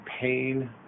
pain